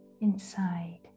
inside